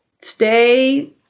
stay